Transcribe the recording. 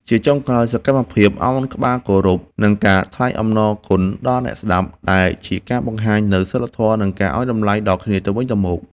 ជាចុងក្រោយ គឺសកម្មភាពឱនក្បាលគោរព និងការថ្លែងអំណរគុណដល់អ្នកស្ដាប់ ដែលជាការបង្ហាញនូវសីលធម៌ និងការឱ្យតម្លៃដល់គ្នាទៅវិញទៅមក។